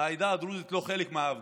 העדה הדרוזית לא חלק מההפגנות.